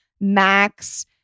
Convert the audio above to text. Max